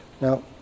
Now